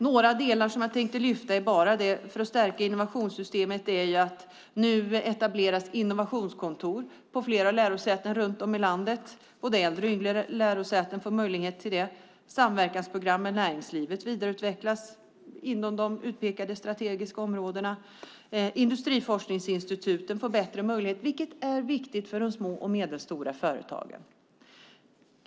Några delar jag tänkte lyfta fram när det gäller att stärka innovationssystemet är att det nu etableras innovationskontor på flera lärosäten runt om i landet. Både äldre och yngre lärosäten får möjlighet till detta. Samverkansprogram med näringslivet vidareutvecklas inom de utpekade strategiska områdena. Industriforskningsinstituten får bättre möjligheter, vilket är viktigt för de små och medelstora företagen.